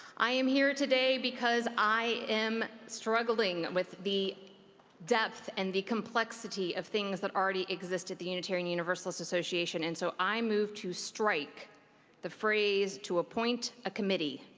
i am here today, because i am struggling with the depth and the complexity of things that already exist at the unitarian universalist association, and so i move to strike the phrase, to appointed a committee.